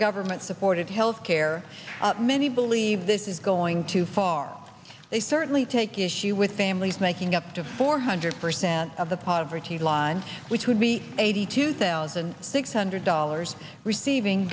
government supported health care many believe this is going too far they certainly take issue with families making up to four hundred percent of the poverty line which would be eighty two thousand six hundred dollars receiving